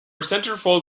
centerfold